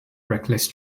reckless